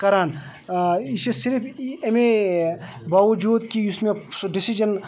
کَران یہِ چھِ صرف اَمے باوجوٗد کہ یُس مےٚ سُہ ڈٮ۪سِجَن